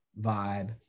vibe